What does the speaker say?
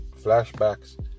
flashbacks